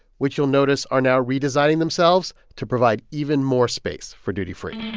which you'll notice are now redesigning themselves to provide even more space for duty free